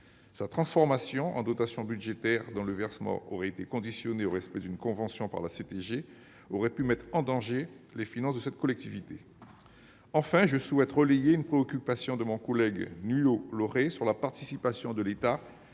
Sa transformation en dotation budgétaire, dont le versement aurait été conditionné au respect d'une convention par la CTG, aurait pu mettre en danger les finances de cette collectivité. Enfin, permettez-moi de relayer la préoccupation de mon collègue Nuihau Laurey s'agissant de la participation de l'État